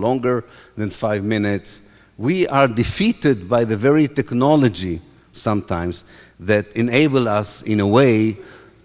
longer than five minutes we are defeated by the very technology sometimes that enable us in a way